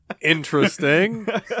Interesting